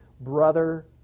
Brother